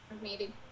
meeting